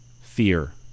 fear